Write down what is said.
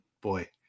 boy